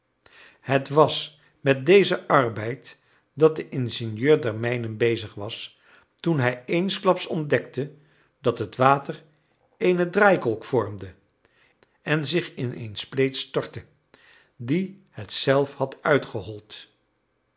het was met dezen arbeid dat de ingenieur der mijnen bezig was toen hij eensklaps ontdekte dat het water eene draaikolk vormde en zich in een spleet stortte die het zelf had uitgehold